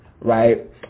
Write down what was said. right